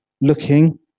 looking